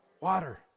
Water